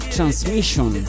Transmission